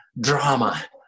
Drama